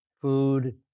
Food